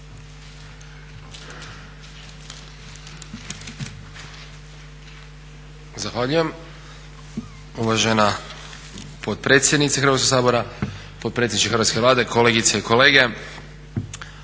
Zahvaljujem uvažena potpredsjednice Hrvatskog sabora, potpredsjedniče Hrvatske vlade, kolegice i kolege.